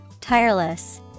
Tireless